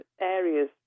areas